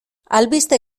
albiste